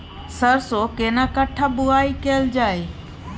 सरसो केना कट्ठा बुआई कैल जाय?